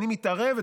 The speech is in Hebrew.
אני מתערב,